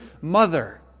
mother